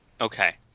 Okay